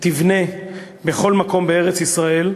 תבנה בכל מקום בארץ-ישראל,